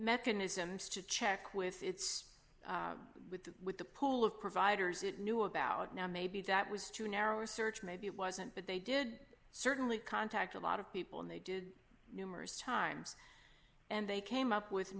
mechanisms to check with it's with with the pull of providers it knew about now maybe that was too narrow a search maybe it wasn't but they did certainly contact a lot of people and they did numerous times and they came up with